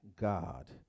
God